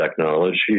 technology